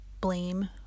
blame